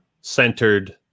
centered